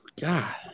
God